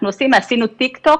עשינו טיק טוק,